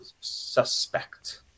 suspect